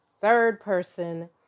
third-person